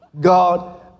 God